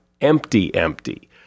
empty-empty